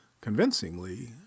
convincingly